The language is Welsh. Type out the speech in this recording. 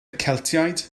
celtiaid